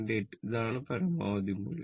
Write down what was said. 8 ഇതാണ് പരമാവധി മൂല്യം